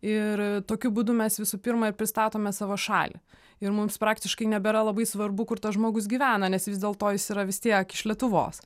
ir tokiu būdu mes visų pirma pristatome savo šalį ir mums praktiškai nebėra labai svarbu kur tas žmogus gyvena nes vis dėl to jis yra vis tiek iš lietuvos